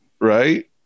Right